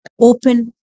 Open